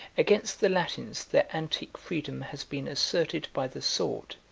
against the latins, their antique freedom has been asserted by the sword,